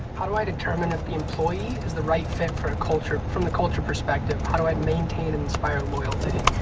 how do i determine if the employee is the right fit for a culture from the culture perspective? how do i maintain and inspire loyalty?